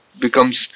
becomes